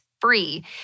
free